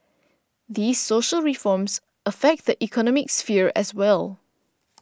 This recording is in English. these social reforms affect the economic sphere as well